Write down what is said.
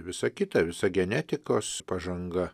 visa kita visa genetikos pažanga